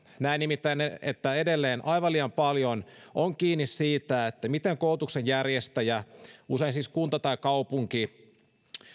näen nimittäin että edelleen aivan liian paljon on kiinni siitä miten koulutuksen järjestäjä usein siis kunta tai kaupunki